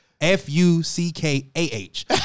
F-U-C-K-A-H